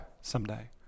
someday